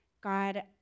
God